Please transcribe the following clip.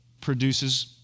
produces